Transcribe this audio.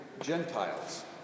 Gentiles